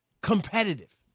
competitive